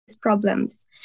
problems